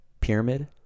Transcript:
pyramid